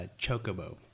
Chocobo